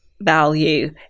value